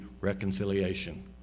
reconciliation